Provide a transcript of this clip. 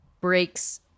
breaks